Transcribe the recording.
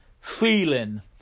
feeling